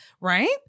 right